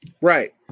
Right